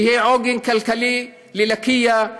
שיהיה עוגן כלכלי ללקיה,